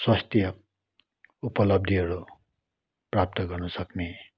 स्वास्थ्य उपलब्धिहरू प्राप्त गर्नसक्ने